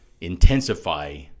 intensify